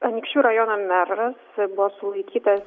anykščių rajono meras buvo sulaikytas